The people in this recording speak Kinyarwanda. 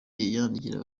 yandikira